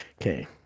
Okay